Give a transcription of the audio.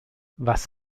was